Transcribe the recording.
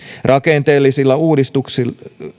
rakenteellisia uudistuksia